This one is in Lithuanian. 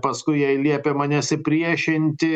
paskui jai liepiama nesipriešinti